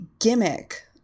gimmick